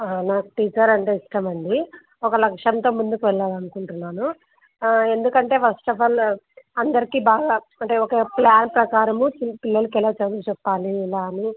నాకు టీచర్ అంటే ఇష్టమండి ఒక లక్ష్యంతో ముందుకు వెళ్ళాలనుకుంటున్నాను ఎందుకంటే ఫస్ట్ అఫ్ ఆల్ అందరికీ బాగా అంటే ఒక ప్లాన్ ప్రకారము పిల్లలకి ఎలా చదువు చెప్పాలి ఇలా అని